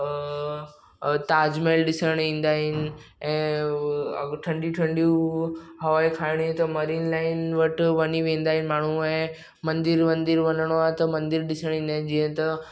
ताज महल ॾिसणु ईंदा आहिनि ऐं उहो ऐं ठंडियूं ठंडियूं हवाऊं खाइणियूं त मरीन लाइन वटि वञी वेंदा आहिनि माण्हू ऐं मंदर वंदर वञिणो आहे त मंदर ॾिसणु ईंदा आहिनि जीअं त